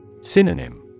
synonym